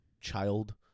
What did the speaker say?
child